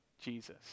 Jesus